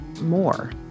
more